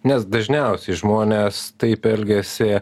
nes dažniausiai žmonės taip elgiasi